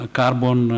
carbon